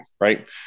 right